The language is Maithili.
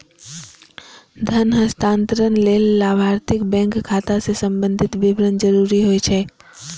धन हस्तांतरण लेल लाभार्थीक बैंक खाता सं संबंधी विवरण जरूरी होइ छै